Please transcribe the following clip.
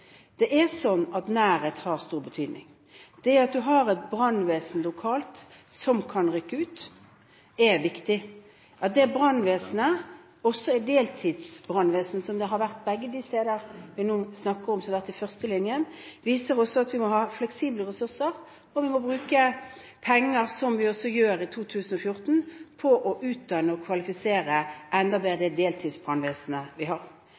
Nærhet har stor betydning. Det at en har et brannvesen lokalt, som kan rykke ut, er viktig. At det brannvesenet også er deltidsbrannvesen – som det har vært begge de stedene vi nå snakker om, de har vært i førstelinjen – viser også at vi må ha fleksible ressurser, og vi må bruke penger, som vi også gjør i 2014, på å utdanne og kvalifisere enda bedre det deltidsbrannvesenet vi har.